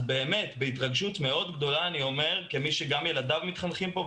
אז באמת בהתרגשות מאוד גדולה אני אומר כמי שגם ילדיו מתחנכים פה,